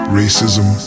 racism